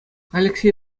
алексей